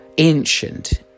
ancient